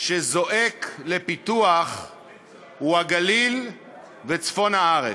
שזועק לפיתוח הוא הגליל וצפון הארץ.